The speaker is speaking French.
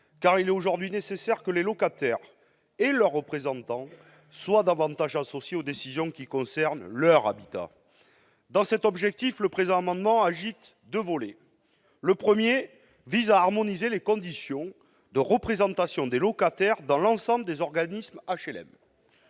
car il est aujourd'hui nécessaire que les locataires et leurs représentants soient davantage associés aux décisions qui concernent leur habitat. Dans cet objectif, le présent amendement actionne deux volets. Le premier vise à harmoniser les conditions de représentation des locataires dans l'ensemble des organismes d'HLM.